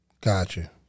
Gotcha